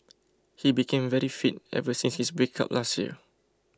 he became very fit ever since his breakup last year